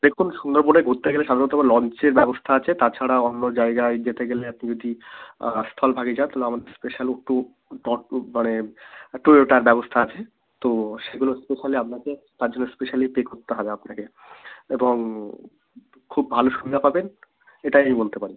দেখুন সুন্দরবনে ঘুরতে গেলে সাধারণত লঞ্চের ব্যবস্থা আছে তাছাড়া অন্য জায়গায় যেতে গেলে আপনি যদি স্থলভাগে যান তাহলে আমাদের স্পেশাল ট্যুর মানে ট্যুর ওটার ব্যবস্থা আছে তো সেগুলো তো ফলে আপনাকে তার জন্য স্পেশালি পে করতে হবে আপনাকে এবং খুব ভালো সুবিধা পাবেন এটাই আমি বলতে পারি